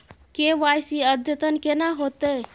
KYC अद्यतन केना होतै?